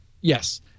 yes